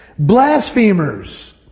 Blasphemers